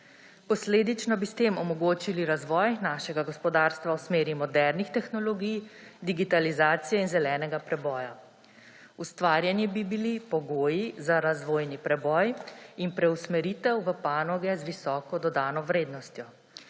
Posledično bi s tem omogočili razvoj našega gospodarstva v smeri modernih tehnologij digitalizacije in zelenega preboja. Ustvarjeni bi bili pogoji za razvojni preboj in preusmeritev v panoge z visoko dodano vrednostjo,